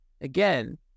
Again